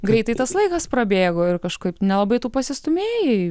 greitai tas laikas prabėgo ir kažkaip nelabai tu pasistūmėjai